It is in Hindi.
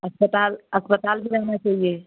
अस्पताल अस्पताल भी रहना चाहिए